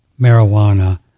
marijuana